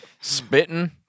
Spitting